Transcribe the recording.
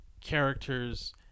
characters